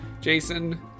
Jason